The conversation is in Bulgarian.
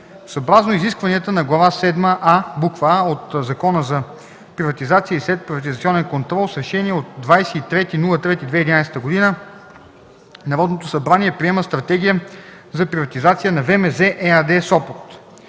Съобразно изискванията на Глава седма „а” от Закона за приватизация и следприватизационен контрол с Решение от 23.03.2011 г. Народното събрание приема Стратегия за приватизация на ВМЗ ЕАД, Сопот.